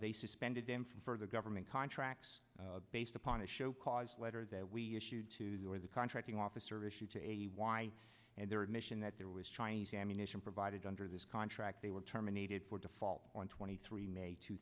they suspended them for the government contracts based upon a show cause letter that we issued to the or the contracting officer issue to a y and their admission that there was chinese ammunition provided under this contract they were terminated for default on twenty three may two